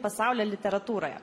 pasaulio literatūroje